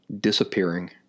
disappearing